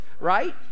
right